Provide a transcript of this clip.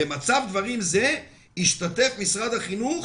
"במצב דברים זה, ישתתף משרד החינוך